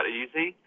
easy